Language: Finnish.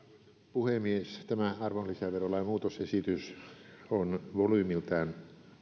puhemies tämä arvonlisäverolain muutosesitys on volyymiltaan